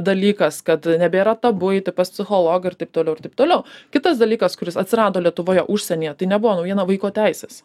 dalykas kad nebėra tabu eiti pas psichologą ir taip toliau ir taip toliau kitas dalykas kuris atsirado lietuvoje užsienyje tai nebuvo naujiena vaiko teisės